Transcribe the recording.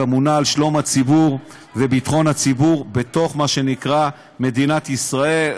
אמונה על שלום הציבור וביטחון הציבור בתוך מה שנקרא מדינת ישראל,